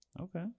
okay